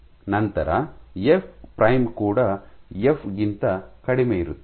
ನಂತರ F prime ಕೂಡ F ಗಿಂತ ಕಡಿಮೆಯಿರುತ್ತದೆ